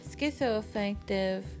schizoaffective